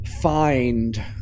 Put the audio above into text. find